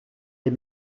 les